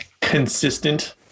consistent